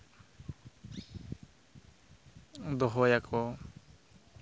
ᱫᱚᱦᱚᱭᱟᱠᱚ